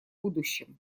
будущем